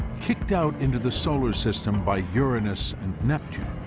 kicked out into the solar system by uranus and neptune,